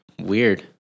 Weird